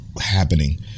happening